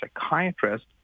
psychiatrist